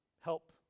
Help